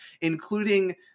including